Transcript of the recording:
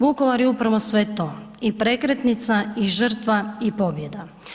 Vukovar je upravo sve to, i prekretnica i žrtva i pobjeda.